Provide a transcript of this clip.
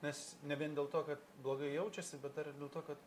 nes ne vien dėl to kad blogai jaučiasi bet ir dėl to kad